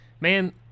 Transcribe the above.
man